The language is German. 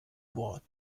wort